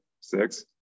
six